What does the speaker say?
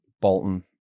Bolton